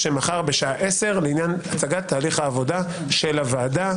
מחר ב-10:00 לעניין הצגת תהליך העבודה של הוועדה.